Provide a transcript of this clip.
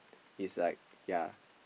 it's like ya